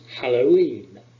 Halloween